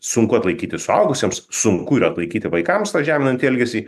sunku atlaikyti suaugusiems sunku yra atlaikyti vaikams tą žeminantį elgesį